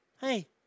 Hey